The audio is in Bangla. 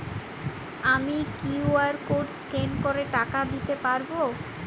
আমি কিউ.আর কোড স্ক্যান করে টাকা দিতে পারবো?